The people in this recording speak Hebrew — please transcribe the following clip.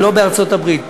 ולא בארצות-הברית.